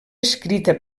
escrita